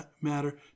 matter